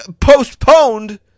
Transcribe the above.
postponed –